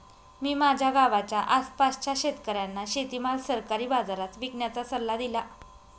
मी माझ्या गावाच्या आसपासच्या शेतकऱ्यांना शेतीमाल सरकारी बाजारात विकण्याचा सल्ला दिला